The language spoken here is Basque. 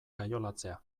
kaiolatzea